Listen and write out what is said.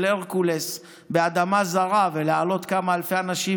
הרקולס לאדמה זרה ולהעלות כמה אלפי אנשים,